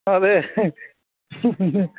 അതെ